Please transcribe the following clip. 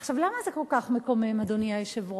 עכשיו, למה זה כל כך מקומם, אדוני היושב-ראש?